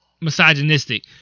misogynistic